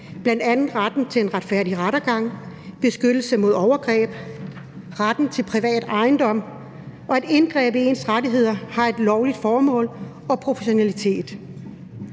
bl.a. retten til en retfærdig rettergang, beskyttelse mod overgreb, retten til privat ejendom, og at indgreb i ens rettigheder har et lovligt formål og proportionalitet.